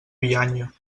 bianya